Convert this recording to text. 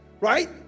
Right